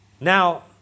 Now